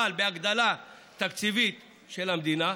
אבל בהגדלה תקציבית של המדינה.